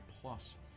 plus